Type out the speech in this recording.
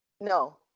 No